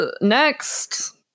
Next